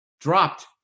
dropped